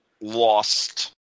lost